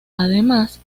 además